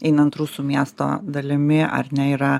einant rusų miesto dalimi ar ne yra